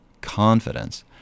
confidence